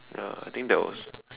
ya I think that was